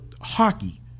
hockey